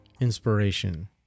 inspiration